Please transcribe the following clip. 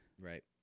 right